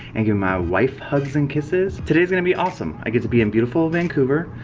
and giving my wife hugs and kisses. today is going to be awesome i get to be in beautiful vancouver,